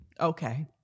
Okay